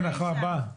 ההסתייגות הבאה.